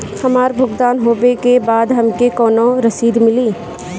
हमार भुगतान होबे के बाद हमके कौनो रसीद मिली?